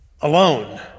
alone